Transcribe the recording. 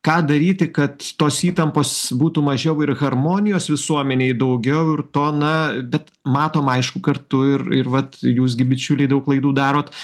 ką daryti kad tos įtampos būtų mažiau ir harmonijos visuomenėj daugiau ir to na bet matom aišku kartu ir ir vat jūs gi bičiuliai daug laidų darot